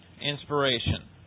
inspiration